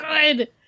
good